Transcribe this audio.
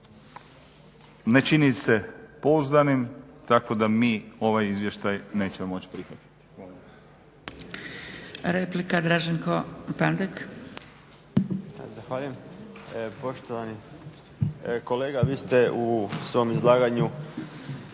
ne čini se pouzdanim tako da mi ovaj izvještaj nećemo moći prihvatiti.